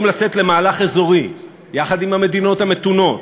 לצאת למהלך אזורי יחד עם המדינות המתונות,